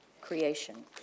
creation